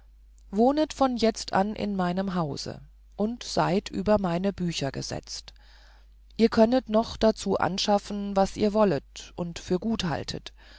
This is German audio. wohnet von jetzt an in meinem hause und seid über meine bücher gesetzt ihr könnet noch dazu anschaffen was ihr wollet und für gut haltet